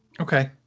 Okay